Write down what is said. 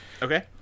Okay